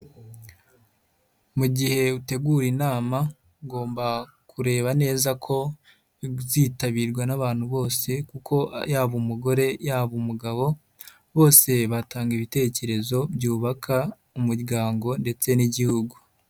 Mu gihe utegura inama ugomba kureba neza ko izitabirwa n'abantu bose kuko yaba umugore, yaba umugabo, bose batanga ibitekerezo byubaka umuryango ndetse n'igihugu.